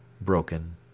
broken